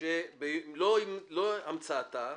לא "ביום המצאתה"